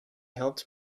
helped